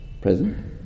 present